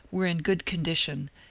were in good condition,